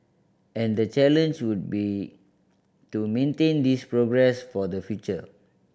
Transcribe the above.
and the challenge would be to maintain this progress for the future